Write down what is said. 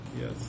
Yes